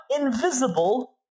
invisible